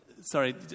sorry